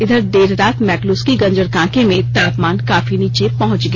इधर देर रात मैकलुस्कीगंज और कांके में तापमान काफी नीचे पुहंच गया